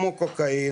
כמו קוקאין,